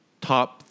top